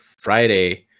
Friday